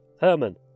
Herman